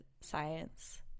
science